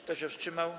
Kto się wstrzymał?